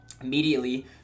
Immediately